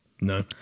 No